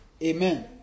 Amen